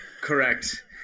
Correct